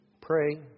pray